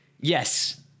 Yes